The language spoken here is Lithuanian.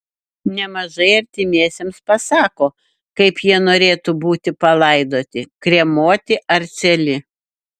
nemažai artimiesiems pasako kaip jie norėtų būti palaidoti kremuoti ar cieli